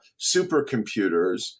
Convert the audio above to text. supercomputers